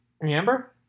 Remember